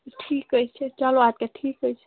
ٹھیٖک حظ چھِ چلو اَدٕ کیٛاہ ٹھیٖک حظ چھِ